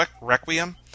Requiem